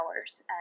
hours